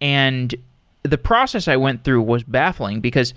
and the process i went through was baffling, because